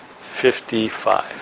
fifty-five